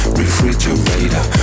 refrigerator